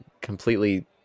completely